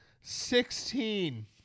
sixteen